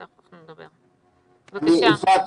יפעת,